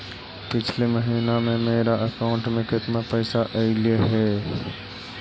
पिछले महिना में मेरा अकाउंट में केतना पैसा अइलेय हे?